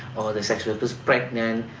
the sex sort of is pregnant,